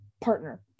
Partner